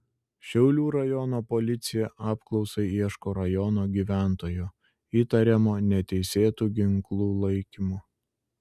šiaulių rajono policija apklausai ieško rajono gyventojo įtariamo neteisėtu ginklu laikymu